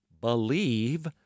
believe